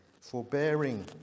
Forbearing